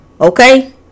Okay